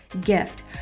gift